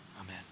Amen